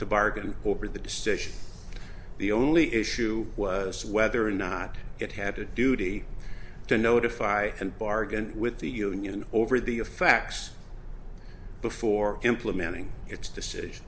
to bargain over the decision the only issue was whether or not it had a duty to notify and bargain with the union over the of facts before implementing its decision